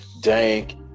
dank